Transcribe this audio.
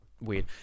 Weird